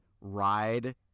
Ride